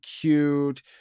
cute